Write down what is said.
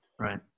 right